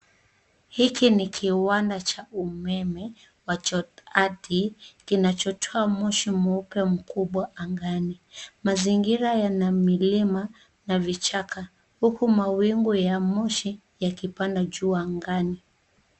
Hiki ni kiwanda cha umeme wa choati, kinachotoa moshi mweupe mkubwa angani. Mazingira yana milima na vichaka, huku mawingu ya moshi yakipanda juu angani.